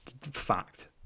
Fact